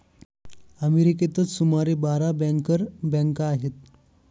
अमेरिकेतच सुमारे बारा बँकर बँका आहेत